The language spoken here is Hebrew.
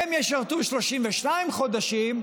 הם ישרתו 32 חודשים,